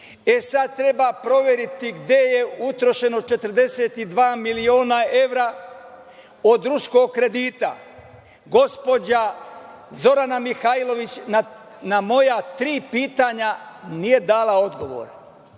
Sad treba proveriti gde je utrošeno 42.000.000,00 evra od ruskog kredita. Gospođa Zorana Mihajlović na moja tri pitanja nije dala odgovor.